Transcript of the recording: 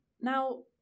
Now